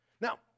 Now